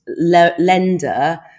lender